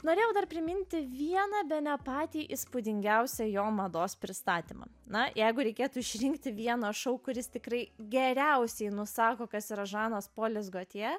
norėjau dar priminti vieną bene patį įspūdingiausią jo mados pristatymą na jeigu reikėtų išrinkti vieną šou kuris tikrai geriausiai nusako kas yra žanas polis gotje